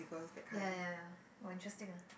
ya ya ya oh interesting ah